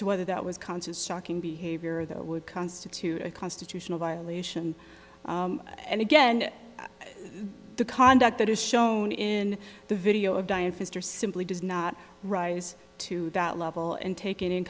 to whether that was conscious shocking behavior that would constitute a constitutional violation and again the conduct that is shown in the video of dion fister simply does not rise to that level and take it in